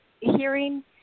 hearing